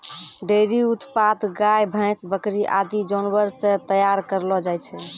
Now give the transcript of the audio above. dairy उत्पाद गाय, भैंस, बकरी आदि जानवर सें तैयार करलो जाय छै